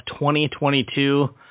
2022